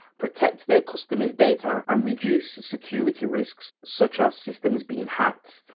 protect their customers' data and reduce security risks, such as systems being hats.